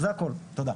זה הכול, תודה.